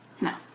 No